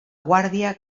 guàrdia